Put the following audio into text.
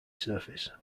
surface